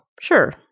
sure